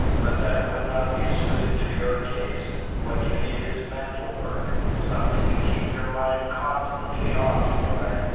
but that would not be suited to your case. what you need is mental work, something to keep your mind constantly occupied,